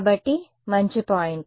కాబట్టి మంచి పాయింట్